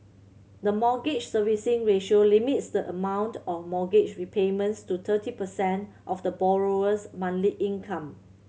the Mortgage Servicing Ratio limits the amount of mortgage repayments to thirty percent of the borrower's monthly income